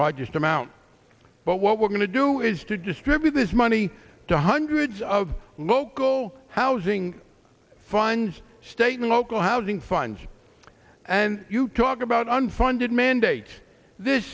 largest amount but what we're going to do is to distribute this money to hundreds of local housing funds state and local housing funds and you talk about unfunded mandate this